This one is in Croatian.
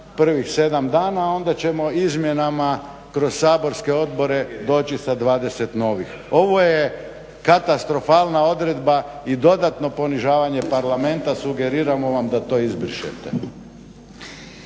prvih 7 dana, a onda ćemo izmjenama kroz saborske odbore doći sa 20 novih. Ovo je katastrofalna odredba i dodatno ponižavanje Parlamenta. Sugeriramo vam da to izbrišete.